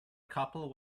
couple